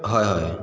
হয় হয়